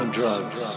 drugs